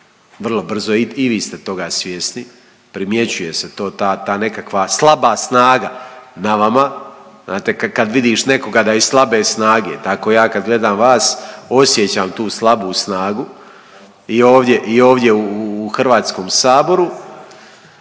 vrlo brzo i vi ste toga svjesni. Primjećuje se to, ta nekakva slaba snaga na vama. Znate kad vidiš nekoga da je slabe snage, tako ja kad gledam vas osjećam tu slabu snagu i ovdje u Hrvatskom saboru